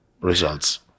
results